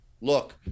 look